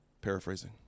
paraphrasing